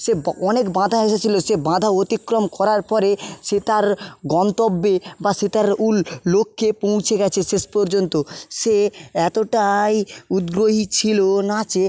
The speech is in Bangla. সে অনেক বাঁধা এসেছিলো সে বাঁধা অতিক্রম করার পরে সে তার গন্তব্যে বা সে তার মূল লক্ষ্যে পৌঁছে গেছে শেষ পর্যন্ত সে এতোটাই উদ্গ্রহি ছিলো নাচে